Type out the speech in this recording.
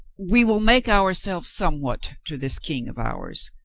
we will make ourselves somewhat to this king of ours.